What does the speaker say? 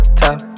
top